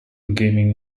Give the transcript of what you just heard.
gaming